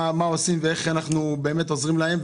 מה עושים ואיך אנחנו עוזרים להם.